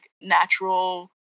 natural